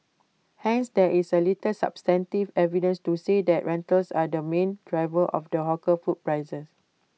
hence there is A little substantive evidence to say that rentals are the main driver of the hawker food prices